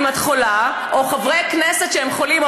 אם את חולה או חברי כנסת כשהם חולים,